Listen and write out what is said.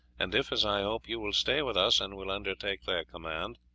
and if, as i hope, you will stay with us, and will undertake their command,